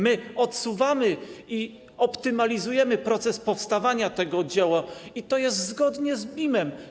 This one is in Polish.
My to odsuwamy i optymalizujemy proces powstawania tego dzieła, i to jest zgodnie z BIM-em.